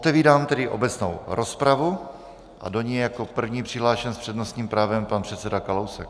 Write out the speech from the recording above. Otevírám tedy obecnou rozpravu a do ní je jako první přihlášen s přednostním právem pan předseda Kalousek.